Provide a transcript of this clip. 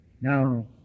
Now